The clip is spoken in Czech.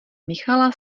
michala